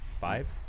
Five